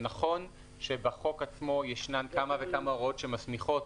זה נכון שבחוק עצמו יש כמה וכמה הוראות שמסמיכות